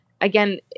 again